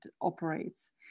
operates